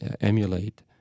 emulate